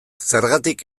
zergatik